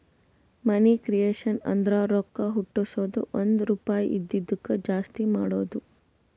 ಮನಿ creation ಅಂದುರ್ ರೊಕ್ಕಾ ಹುಟ್ಟುಸದ್ದು ಒಂದ್ ರುಪಾಯಿ ಇದಿದ್ದುಕ್ ಜಾಸ್ತಿ ಮಾಡದು